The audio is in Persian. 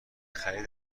خرید